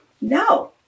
No